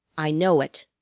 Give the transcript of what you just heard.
i know it.